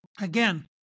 again